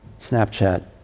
Snapchat